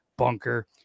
Bunker